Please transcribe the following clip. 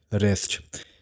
rest